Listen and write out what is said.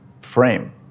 frame